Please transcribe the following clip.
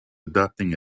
adopting